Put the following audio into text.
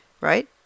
right